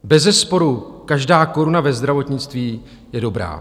Bezesporu každá koruna ve zdravotnictví je dobrá.